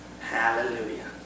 Hallelujah